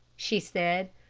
she said.